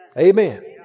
Amen